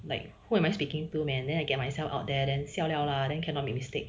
like who am I speaking to man then I get myself out there and siao liao lah then cannot make mistake